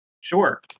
Sure